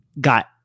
got